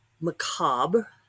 macabre